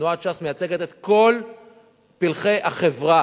ותנועת ש"ס מייצגת את כל פלחי החברה.